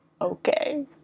okay